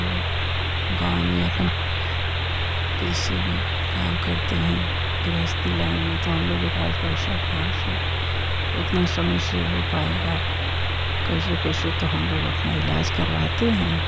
हम लोग गाँव में अपन कृषि में काम करते हैं गृहस्थी लाइन में तो हम लोग के पास पैसा कहाँ से उतना समय से हो पाएगा कैसे कैसे तो हम लोग अपना इलाज़ करवाते हैं